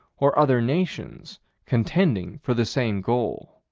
or other nations contending for the same goal.